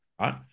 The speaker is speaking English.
right